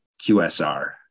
QSR